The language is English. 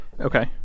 Okay